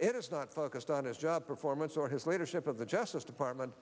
it is not focused on his job performance or his leadership of the justice department